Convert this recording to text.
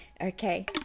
Okay